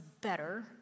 better